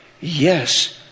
Yes